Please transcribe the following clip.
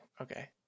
okay